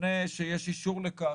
לפני שיש אישור לכך